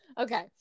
Okay